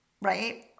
right